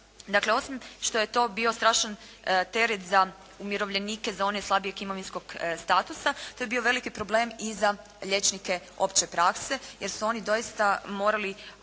Dakle osim što je to bio strašan teret za umirovljenike za one slabijeg imovinskog statusa, to je bio veliki problem i za liječnike opće prakse jer su oni doista morali